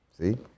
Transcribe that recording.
see